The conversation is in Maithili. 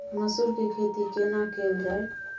मसूर के खेती केना कैल जाय?